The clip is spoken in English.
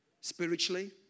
spiritually